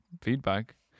feedback